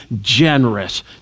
generous